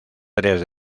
tres